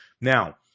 Now